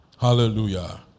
Hallelujah